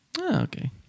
Okay